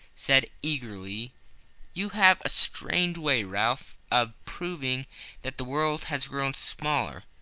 said eagerly you have a strange way, ralph, of proving that the world has grown smaller.